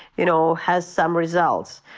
you know, has some results.